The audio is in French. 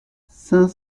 cinq